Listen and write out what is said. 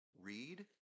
read